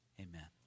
Amen